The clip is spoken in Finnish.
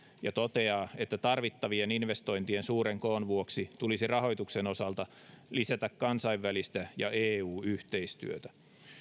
ja toteaa että tarvittavien investointien suuren koon vuoksi tulisi rahoituksen osalta lisätä kansainvälistä ja eu yhteistyötä